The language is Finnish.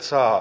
ltä